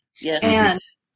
Yes